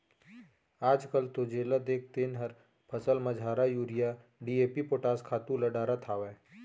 आजकाल तो जेला देख तेन हर फसल म झारा यूरिया, डी.ए.पी, पोटास खातू ल डारत हावय